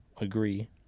agree